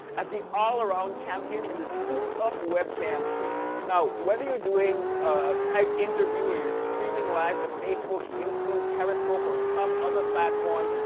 as the all-around champion in the souped-up webcams space. now, whether you're doing a skype interview or you're streaming live to facebook, youtube, periscope, or some other platform,